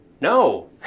No